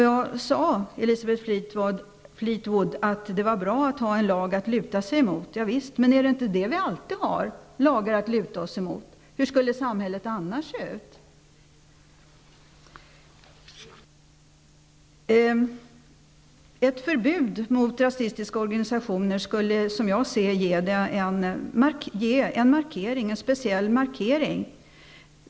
Jag sade, Elisabeth Fleetwood, att det var bra att ha en lag att luta sig mot. Är det inte det vi alltid gör -- har lagar att luta oss emot? Hur skulle samhället annars se ut? Ett förbud mot rasistiska organisationer skulle som jag ser det innebära en speciell markering.